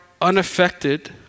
unaffected